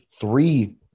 three